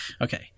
Okay